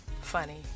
funny